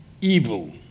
evil